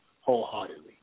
wholeheartedly